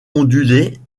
ondulait